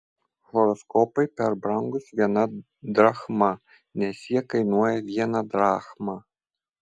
horoskopai per brangūs viena drachma nes jie kainuoja vieną drachmą